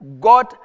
God